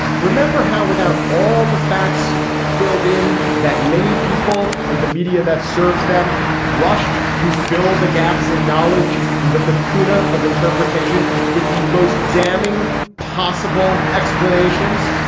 remember how without all the facts filled in that many people and the media that serves them rushed to fill the gaps in knowledge and the lacuna of interpretation with the most damning possible explanations.